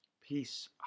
Peace